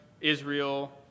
Israel